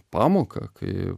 pamoką kai